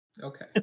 Okay